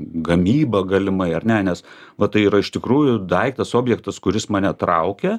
gamyba galimai ar ne nes va tai yra iš tikrųjų daiktas objektas kuris mane traukia